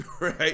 Right